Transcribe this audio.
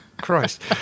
Christ